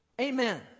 Amen